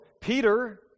Peter